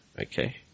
Okay